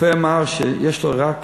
הרופא אמר שיש לו רק